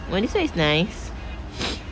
!aww! this [one] is nice